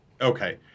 Okay